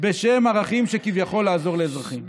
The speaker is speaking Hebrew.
בשם ערכים של כביכול לעזור לאזרחי ישראל.